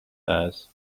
fairs